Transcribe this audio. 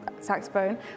saxophone